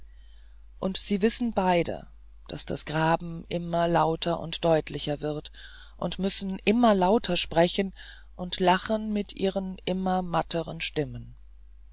und sie wissen beide daß das graben immer lauter und deutlicher wird und müssen immer lauter sprechen und lachen mit ihren immer matteren stimmen